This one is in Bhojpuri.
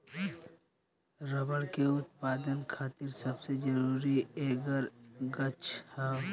रबर के उत्पदान खातिर सबसे जरूरी ऐकर गाछ ह